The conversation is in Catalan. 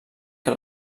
que